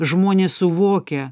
žmonės suvokia